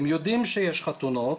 הם יודעים שיש חתונות,